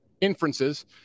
inferences